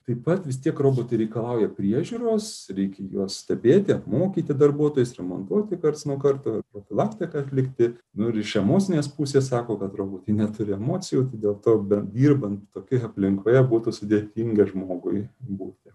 taip pat vis tiek robotai reikalauja priežiūros reikia juos stebėti apmokyti darbuotojus remontuoti karts nuo karto profilaktiką atlikti nu ir iš emocinės pusė sako kad robotai neturi emocijų tai dėl to dirbant tokioje aplinkoje būtų sudėtinga žmogui būti